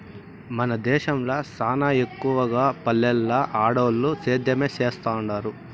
మన దేశంల సానా ఎక్కవగా పల్లెల్ల ఆడోల్లు సేద్యమే సేత్తండారు